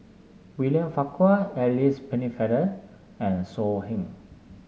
William Farquhar Alice Pennefather and So Heng